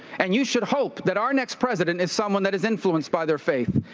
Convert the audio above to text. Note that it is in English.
and you should hope that our next president is someone that is influence by their faith.